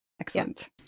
excellent